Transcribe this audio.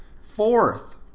Fourth